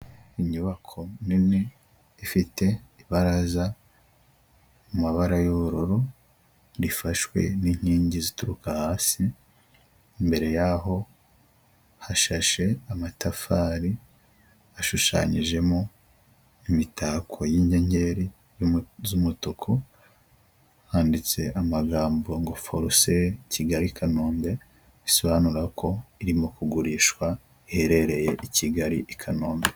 Inyubako nini ifite ibaraza mu mabara y'ubururu, rifashwe n'inkingi zituruka hasi, imbere y'aho hashashe amatafari, hashushanyijemo imitako y'inyenyeri z'umutuku, handitse amagambo ngo ''For sale Kigali- Kanombe'' bisobanura ko irimo kugurishwa iherereye i Kigali- i Kanombe.